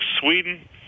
Sweden